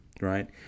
right